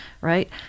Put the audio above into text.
right